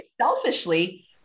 selfishly